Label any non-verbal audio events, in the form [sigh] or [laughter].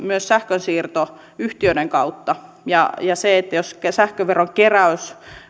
[unintelligible] myös sähkönsiirtoyhtiöiden kautta ja jos sähköveron keräys